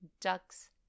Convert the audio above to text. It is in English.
ducks